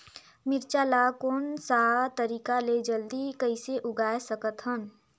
मिरचा ला कोन सा तरीका ले जल्दी कइसे उगाय सकथन?